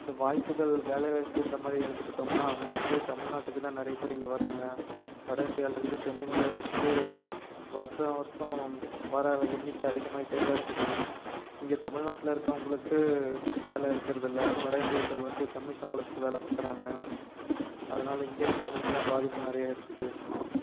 இந்த வாய்ப்புகள் வேலை வாய்ப்பு இந்தமாதிரி எடுத்துகிட்டோம்னா அங்கே இருந்து தமிழ்நாட்டுக்கு தான் நிறைய பேர் இங்கே வர்றாங்க வட இந்தியாவில் இருந்து தென் இந்தியாவிற்கு வருசம் வருசம் வர்ற எண்ணிக்கை அதிகமாகிட்டே தான் இருக்குது இங்கே தமிழ்நாட்டில் இருக்கவங்களுக்கு வேலை இருக்கிறது இல்லை வட இந்தியர்கள் வந்து கம்மி சம்பளத்துக்கு வேலை பார்க்குறாங்க அதனால இங்க இருக்கவங்களுக்கு தான் பாதிப்பு நிறையா இருக்குது